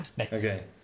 Okay